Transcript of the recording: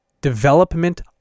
development